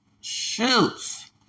Shoots